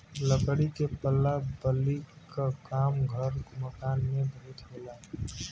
लकड़ी के पल्ला बल्ली क काम घर मकान में बहुत होला